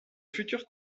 futur